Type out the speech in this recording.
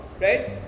right